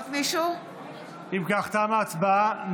אם כך, תמה ההצבעה.